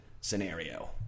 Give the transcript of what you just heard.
scenario